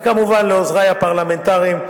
וכמובן לעוזרי הפרלמנטריים,